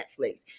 Netflix